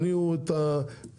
ישנעו את הכבשים